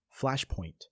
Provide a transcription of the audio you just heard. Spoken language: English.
Flashpoint